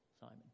Simon